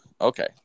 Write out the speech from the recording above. Okay